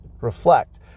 reflect